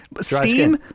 steam